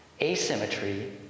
Asymmetry